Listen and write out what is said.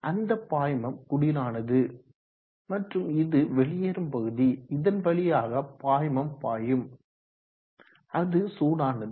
அந்த பாய்மம் குளிரானது மற்றும் இது வெளியேறும் பகுதி இதன் வழியாக பாய்மம் பாயும் அது சூடானது